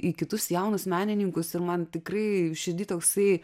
į kitus jaunus menininkus ir man tikrai širdy toksai